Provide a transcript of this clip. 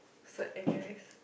so anyways